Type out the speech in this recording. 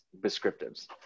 descriptives